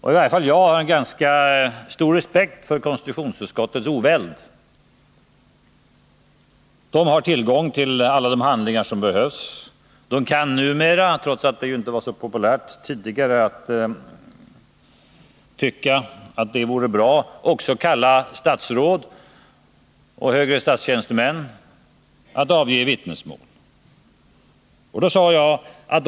I varje fall jag har stor respekt för konstitutionsutskottets oväld. Konstitutionsutskottet har tillgång till alla de handlingar som behövs. Utskottet kan numera — trots att det tidigare inte var någon populär idé — också kalla statsråd och högre tjänstemän att avge vittnesmål.